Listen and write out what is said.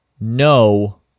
No